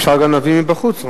אפשר גם להביא מבחוץ.